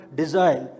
design